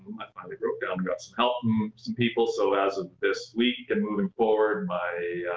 got and got some help um some people so as of this week and moving forward, my